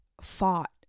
fought